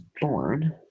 born